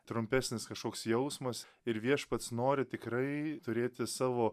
trumpesnis kažkoks jausmas ir viešpats nori tikrai turėti savo